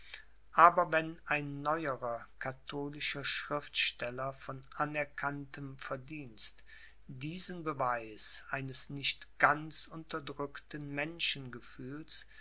aber wenn ein neuerer katholischer schriftsteller von anerkanntem verdienst diesen beweis eines nicht ganz unterdrückten